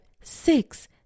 six